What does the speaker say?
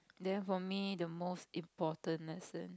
then for me the most important lesson